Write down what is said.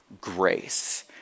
grace